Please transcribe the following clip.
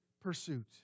pursuit